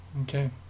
okay